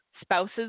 spouses